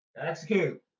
Execute